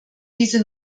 diese